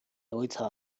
egoitza